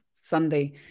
Sunday